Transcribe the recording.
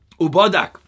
Ubadak